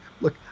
Look